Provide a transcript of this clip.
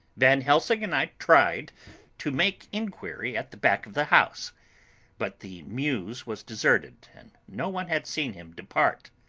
van helsing and i tried to make inquiry at the back of the house but the mews was deserted and no one had seen him depart.